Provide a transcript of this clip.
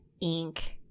ink